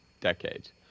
decades